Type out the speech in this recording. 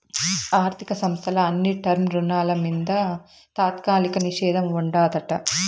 ఆర్థిక సంస్థల అన్ని టర్మ్ రుణాల మింద తాత్కాలిక నిషేధం ఉండాదట